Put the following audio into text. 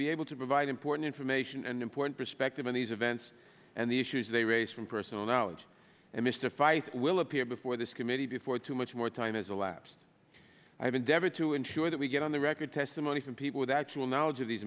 be able to provide important information and important perspective on these events and the issues they raise from personal knowledge and mr feith will appear before this committee before too much more time has elapsed i've endeavored to ensure that we get on the record testimony from people with actual knowledge of these